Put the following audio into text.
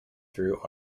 through